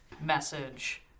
message